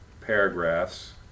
paragraphs